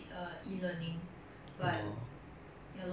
ya so 他们还有 project work but is all online lah but